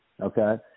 okay